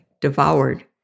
devoured